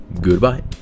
Goodbye